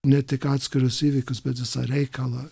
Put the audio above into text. ne tik atskirus įvykius bet visą reikalą